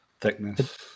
thickness